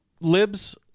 libs